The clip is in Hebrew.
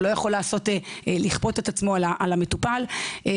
הוא לא יכול לכפות את עצמו על המטופל ומעבר